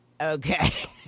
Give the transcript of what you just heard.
Okay